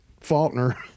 Faulkner